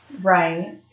Right